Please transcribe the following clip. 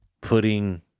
putting